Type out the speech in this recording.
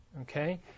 okay